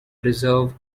reserve